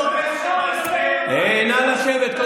נא לשבת.